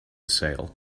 sail